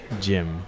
gym